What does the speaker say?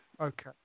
Okay